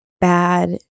bad